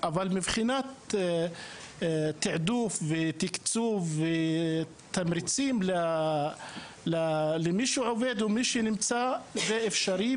אבל מבחינת תיעדוף ותקצוב ותמריצים למי שעובד או מיש נמצא זה אפשרי,